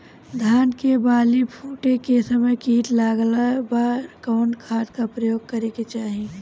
धान के बाली फूटे के समय कीट लागला पर कउन खाद क प्रयोग करे के चाही?